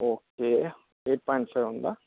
okay eight point seven ఉందా